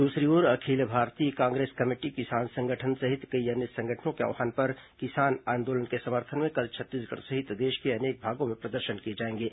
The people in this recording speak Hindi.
दूसरी ओर अखिल भारतीय कांग्रेस कमेटी किसान संगठन सहित कई अन्य संगठनों के आव्हान पर किसान आंदोलन के समर्थन में कल छत्तीसगढ़ सहित देश के अनेक भागों में प्रदर्शन किए जाएंगे